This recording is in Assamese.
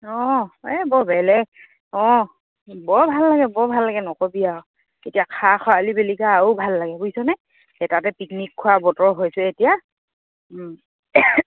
অঁ এই বৰ বেলেগ অঁ বৰ ভাল লাগে বৰ ভাল লাগে নক'বি আৰু এতিয়া খা খৰালি বুলি কে আৰু ভাল লাগে বুজিছ' নে এ তাতে পিকনিক খোৱা বতৰ হৈছে এতিয়া